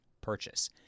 purchase